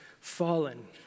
fallen